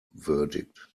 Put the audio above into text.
verdict